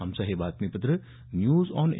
आमचं हे बातमीपत्र न्यूज ऑन ए